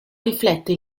riflette